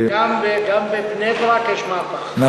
גם בבני-ברק יש מהפך.